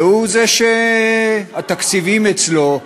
והוא זה שהתקציבים אצלו,